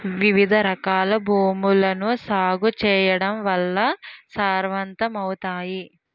వివిధరకాల భూములను సాగు చేయడం వల్ల సారవంతమవుతాయి